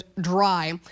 dry